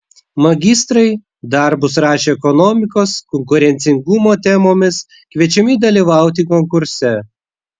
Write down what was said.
magistrai darbus rašę ekonomikos konkurencingumo temomis kviečiami dalyvauti konkurse